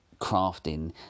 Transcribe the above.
crafting